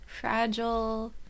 fragile